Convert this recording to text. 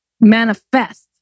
manifest